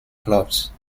clubs